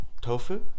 Tofu